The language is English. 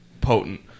potent